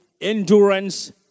endurance